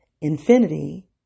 Infinity